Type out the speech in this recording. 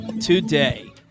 today